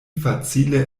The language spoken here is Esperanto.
facile